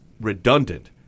redundant